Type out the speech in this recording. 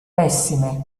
pessime